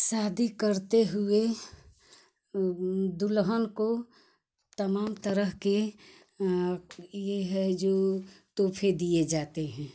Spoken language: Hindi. शादी करते हुए दुल्हन को तमाम तरह के यह है जो तोहफ़े दिए जाते हैं